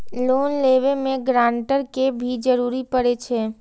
Loan लेबे में grantor के भी जरूरी परे छै?